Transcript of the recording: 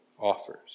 offers